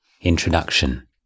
Introduction